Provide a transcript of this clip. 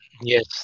Yes